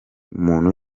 muntu